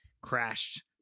crashed